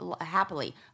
happily